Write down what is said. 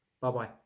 Bye-bye